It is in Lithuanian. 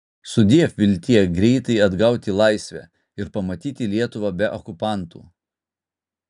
sudiev viltie greitai atgauti laisvę ir pamatyti lietuvą be okupantų